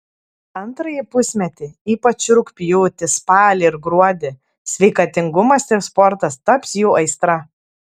antrąjį pusmetį ypač rugpjūtį spalį ir gruodį sveikatingumas ir sportas taps jų aistra